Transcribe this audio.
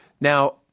Now